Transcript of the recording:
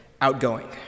outgoing